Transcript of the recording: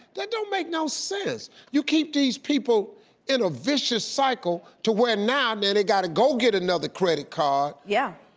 that don't make no sense. you keep these people in a vicious cycle to where now then they gotta go get another credit card. yeah